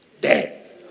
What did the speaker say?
dead